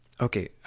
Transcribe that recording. okay